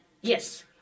Yes